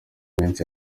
minsi